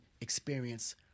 experience